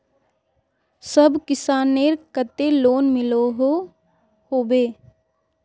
सब किसानेर केते लोन मिलोहो होबे?